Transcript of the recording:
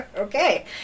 okay